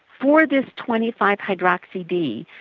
for this twenty five hydroxy d,